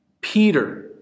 Peter